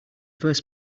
first